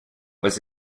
was